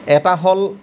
এটা হল